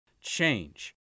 change